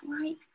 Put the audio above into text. right